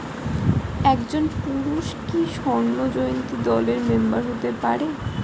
একজন পুরুষ কি স্বর্ণ জয়ন্তী দলের মেম্বার হতে পারে?